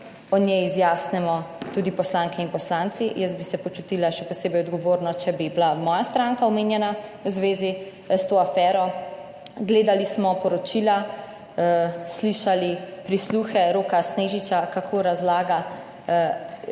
o njej izjasnimo tudi poslanke in poslanci. Jaz bi se počutila še posebej odgovorno, če bi bila moja stranka omenjena v zvezi s to afero, gledali smo poročila, slišali prisluhe Roka Snežiča, kako razlaga